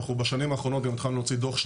בשנים האחרונות גם התחלנו להוציא דו"ח של